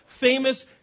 famous